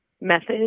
method